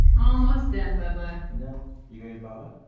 almost done bubba. you got your bubba?